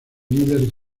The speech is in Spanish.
líder